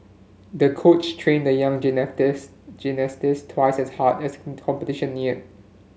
the coach trained the young gymnastics gymnastics twice as hard as competition neared